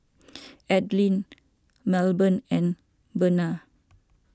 Adline Melbourne and Bena